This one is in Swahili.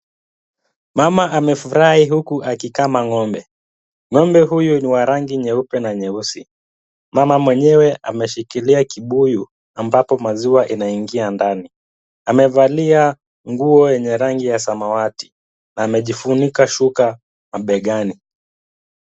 Mama amefurahi huku akikama ng'ombe. Ng'ombe huyu ni wa rangi nyeupe na nyeusi. Mama mwenyewe ameshikilia kibuyu ambapo maziwa inaingia ndani. Amevalia nguo yenye rangi ya samawati na amejifunika shuka mabegani.